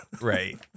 Right